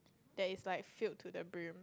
that is like filled to the broom